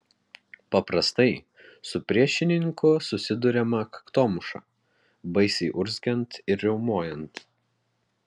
paprastai su priešininku susiduriama kaktomuša baisiai urzgiant ir riaumojant